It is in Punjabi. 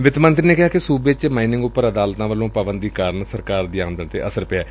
ਵਿੱਤ ਮੰਤਰੀ ਨੇ ਕਿਹਾ ਕਿ ਸੁਬੇ ਚ ਮਾਈਨਿੰਗ ਉਪਰ ਅਦਾਲਤਾਂ ਵੱਲੋ ਪਾਬੰਦੀ ਕਾਰਨ ਸਰਕਾਰ ਦੀ ਆਮਦਨ ਤੇ ਅਸਰ ਪਿਐ